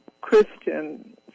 Christian